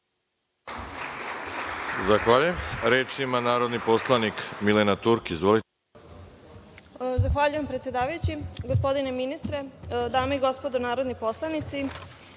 Zahvaljujem. Reč ima narodni poslanik Milena Turk. Izvolite. **Milena Turk** Zahvaljujem, predsedavajući. Gospodine ministre, dame i gospodo narodni poslanici,